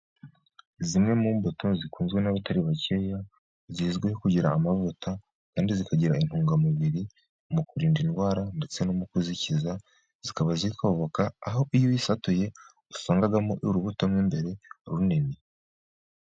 Zimwe mu mbuto zikunzwe n'abatari bakeya, zizwiho kugira amavuta kandi zikagira intungamubiri mu kurinda indwara, ndetse no mu kuzikiza zikaba zitwa avoka, aho iyo uyisatuye usangamo urubuto mo imbere runini.